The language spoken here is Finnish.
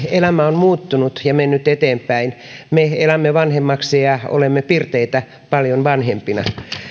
elämä on muuttunut ja mennyt eteenpäin me elämme vanhemmiksi ja olemme pirteitä paljon vanhempina